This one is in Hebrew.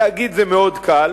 להגיד זה מאוד קל,